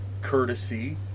courtesy